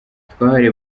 twahereye